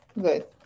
good